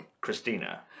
Christina